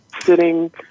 sitting